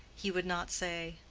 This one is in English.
he would not say,